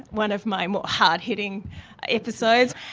one of my more hard-hitting episodes,